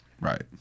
Right